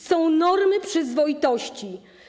Są normy przyzwoitości.